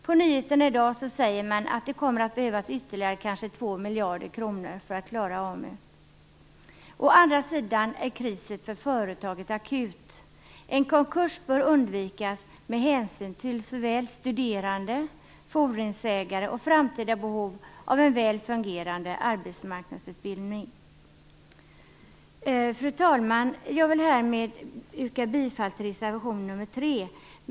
På nyheterna i dag säger man att det kommer att behövas ytterligare kanske 2 miljarder kronor för att klara Å andra sidan är krisen för företaget akut. En konkurs bör undvikas, med hänsyn till såväl studerande och fordringsägare som framtida behov av en väl fungerande arbetsmarknadsutbildning. Fru talman! Jag vill härmed yrka bifall till reservation nr 3.